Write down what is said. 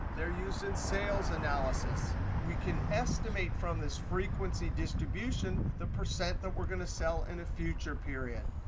they're used in sales analysis. we can estimate from this frequency distribution the percent that we're going to sell in a future period.